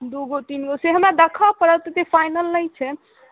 दूगो तीनगो से हमरा दखऽ पड़त जे फाइनल नहि छै